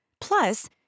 plus